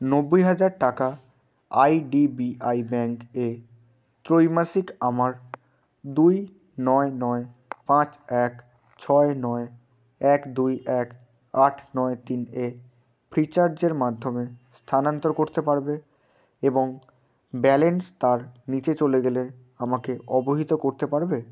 নব্বই হাজার টাকা আইডিবিআই ব্যাঙ্ক এ ত্রৈমাসিক আমার দুই নয় নয় পাঁচ এক ছয় নয় এক দুই এক আট নয় তিন এ ফ্রিচার্জের মাধ্যমে স্থানান্তর করতে পারবে এবং ব্যালেন্স তার নিচে চলে গেলে আমাকে অবহিত করতে পারবে